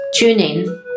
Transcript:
TuneIn